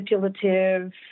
manipulative